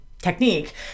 technique